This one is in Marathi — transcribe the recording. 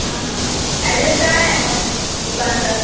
हा हा हा ऍड्रेस काय आहे मग दुकानाचा